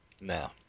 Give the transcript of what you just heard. no